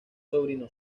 sobrino